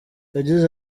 yagize